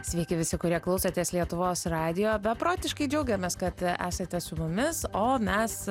sveiki visi kurie klausotės lietuvos radijo beprotiškai džiaugiamės kad esate su mumis o mes